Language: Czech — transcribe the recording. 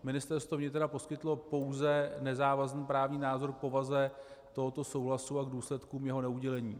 Ministerstvo vnitra poskytlo pouze nezávazný právní názor k povaze tohoto souhlasu a k důsledkům jeho neudělení.